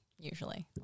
usually